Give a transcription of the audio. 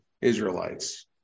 Israelites